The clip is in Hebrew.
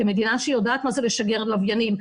כמדינה שיודעת מה זה לשגר לוויינים,